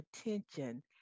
attention